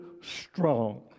strong